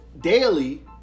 daily